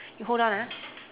you hold on ah